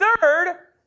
third